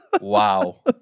Wow